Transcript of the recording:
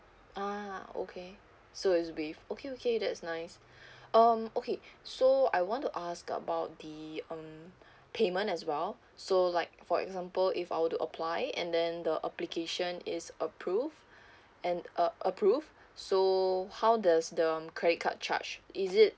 ah okay so it's with okay okay that's nice um okay so I want to ask about the um payment as well so like for example if I will to apply and then the application is approved and a~ approved so how does um credit card charge is it